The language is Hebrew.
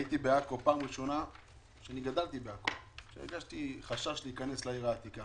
אני גדלתי בעכו אבל זו הפעם הראשונה שהרגשתי חשש להיכנס לעיר העתיקה.